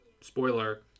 spoiler